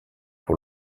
pour